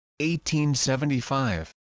1875